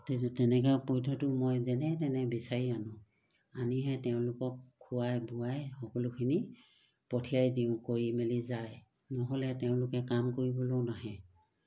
তেনে তেনেকৈ পইদটো মই যেনে তেনে বিচাৰি আনো আনিহে তেওঁলোকক খোৱাই বোৱাই সকলোখিনি পঠিয়াই দিওঁ কৰি মেলি যায় নহ'লে তেওঁলোকে কাম কৰিবলৈও নাহে